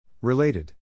Related